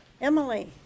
Emily